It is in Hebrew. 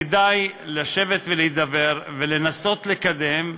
כדאי לשבת ולהידבר ולנסות לקדם,